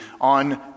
on